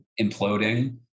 imploding